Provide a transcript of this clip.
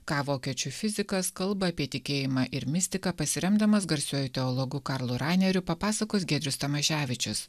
ką vokiečių fizikas kalba apie tikėjimą ir mistiką pasiremdamas garsiuoju teologu karlu raineriu papasakos giedrius tamaševičius